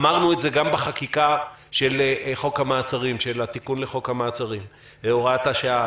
אמרנו את זה גם בחקיקה של התיקון לחוק המעצרים (הוראת שעה),